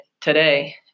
today